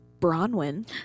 Bronwyn